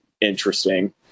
interesting